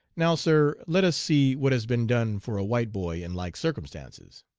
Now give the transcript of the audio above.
now, sir, let us see what has been done for a white boy in like circumstances